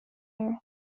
earth